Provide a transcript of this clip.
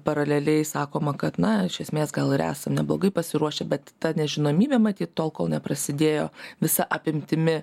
paraleliai sakoma kad na iš esmės gal ir esam neblogai pasiruošę bet ta nežinomybė matyt tol kol neprasidėjo visa apimtimi